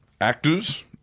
Actors